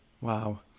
Wow